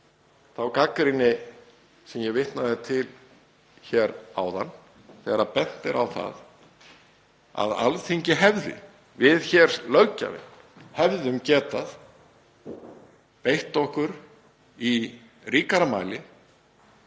þá gagnrýni sem ég vitnaði til hér áðan þegar bent er á það að Alþingi, við hér, löggjafinn, hefðum getað beitt okkur í ríkari mæli